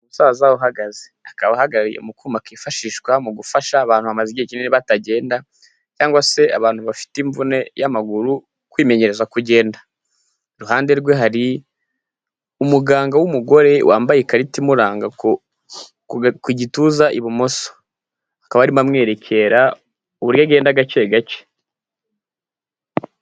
Umusaza uhagaze. Akaba ahagaririye mu kuma kifashishwa mu gufasha abantu bamaze igihe kinini batagenda cyangwa se abantu bafite imvune y'amaguru kwimenyereza kugenda. Iruhande rwe hari umuganga w'umugore wambaye ikarita imuranga ku gituza ibumoso. Akaba arimo amwerekera uburyo agenda gake gake.